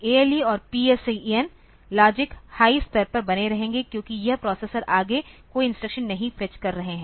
ALE और PSEN logic high स्तर पर बने रहेंगे क्योंकि यह प्रोसेसर आगे कोई इंस्ट्रक्शन नहीं फेच कर रहे है